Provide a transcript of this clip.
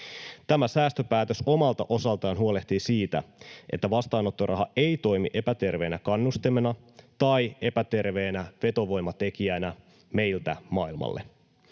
Tämä säästöpäätös omalta osaltaan huolehtii siitä, että vastaanottoraha ei toimi epäterveenä kannustimena tai epäterveenä vetovoimatekijänä meiltä maailmalle.